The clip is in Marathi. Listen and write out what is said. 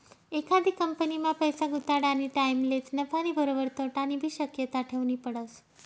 एखादी कंपनीमा पैसा गुताडानी टाईमलेच नफानी बरोबर तोटानीबी शक्यता ठेवनी पडस